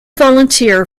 volunteer